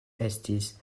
estis